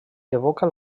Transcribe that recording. evoca